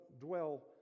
dwell